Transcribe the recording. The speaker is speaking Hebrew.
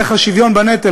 דרך השוויון בנטל.